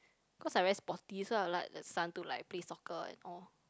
cause I very sporty so I would like the son to like play soccer and all